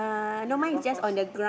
in the golf course